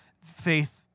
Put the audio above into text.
faith